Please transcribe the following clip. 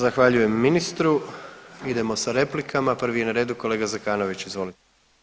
Zahvaljujem ministru, idemo sa replikama, prvi je na redu kolega Zekanović, izvolite.